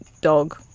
dog